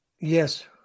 yes